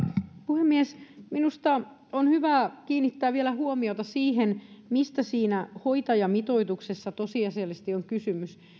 puhemies minusta on hyvä kiinnittää vielä huomiota siihen mistä siinä hoitajamitoituksessa tosiasiallisesti on kysymys